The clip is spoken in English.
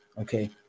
okay